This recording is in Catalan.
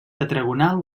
tetragonal